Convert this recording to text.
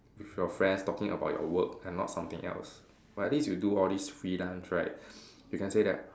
with your friends talking about your work and not something else but at least you do all this freelance right you can say that